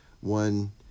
One